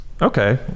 Okay